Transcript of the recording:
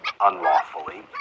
unlawfully